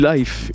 Life